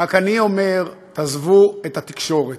אני רק אומר, תעזבו את התקשורת,